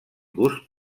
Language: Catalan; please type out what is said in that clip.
gust